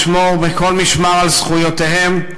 לשמור מכל משמר על זכויותיהם,